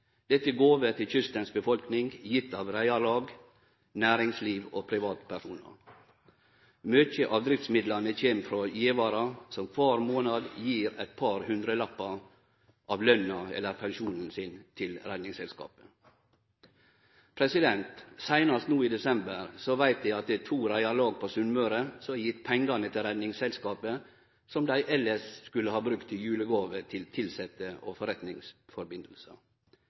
Dette er gåver til kystens befolkning, gitt av reiarlag, næringsliv og privatpersonar. Mykje av driftsmidlane kjem frå givarar som kvar månad gir et par hundrelappar av løna eller pensjonen til Redningsselskapet. Seinast no i desember veit eg at det er to reiarlag på Sunnmøre som har gitt pengar til Redningsselskapet – pengar dei elles skulle brukt til julegåver til tilsette og